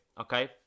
okay